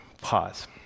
pause